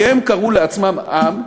כי הם קראו לעצמם עם,